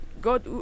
God